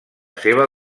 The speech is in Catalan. seva